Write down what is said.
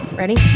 ready